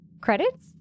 Credits